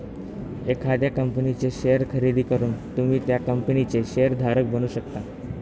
एखाद्या कंपनीचे शेअर खरेदी करून तुम्ही त्या कंपनीचे शेअर धारक बनू शकता